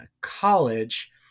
college